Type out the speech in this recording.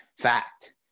fact